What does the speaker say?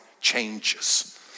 changes